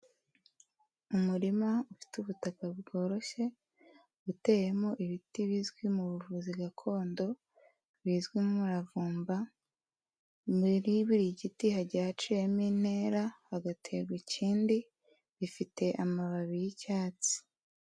Umurima ufite ubutaka bworoshye, uteyemo ibiti bizwi mu buvuzi gakondo bizwi nk'umuravumba, muri buri giti hagiye haciyemo intera hagaterwa ikindi, gifite amababi y'icyatsi.